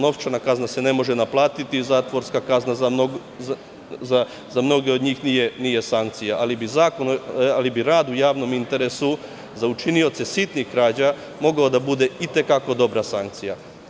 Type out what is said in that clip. Novčana kazna se ne može naplatiti, zatvorska kazna za mnoge od njih nije sankcija, ali bi rad u javnom interesu za učinioce sitnih krađa mogao da bude i te kako dobra sankcija.